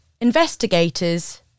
Investigators